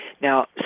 Now